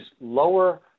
lower